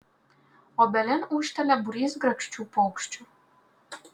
obelin ūžtelia būrys grakščių paukščių